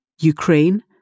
Ukraine